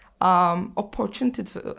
opportunity